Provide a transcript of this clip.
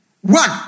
One